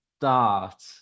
start